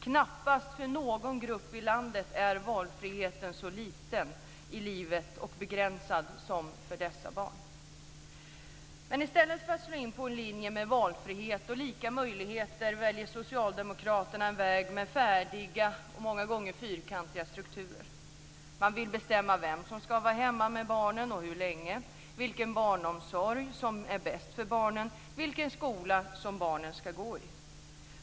Knappast för någon grupp i landet är valfriheten i livet så liten och begränsad som för dessa barn. Men i stället för att slå in på en linje med valfrihet och lika möjligheter väljer socialdemokraterna en väg med färdiga och många gånger fyrkantiga strukturer. Man vill bestämma vem som ska vara hemma med barnen och hur länge, vilken barnomsorg som är bäst för barnen och vilken skola som barnen ska gå i.